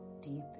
Deep